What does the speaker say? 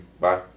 bye